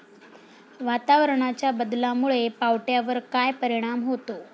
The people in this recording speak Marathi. वातावरणाच्या बदलामुळे पावट्यावर काय परिणाम होतो?